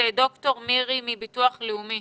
ד"ר מירי מהביטוח הלאומי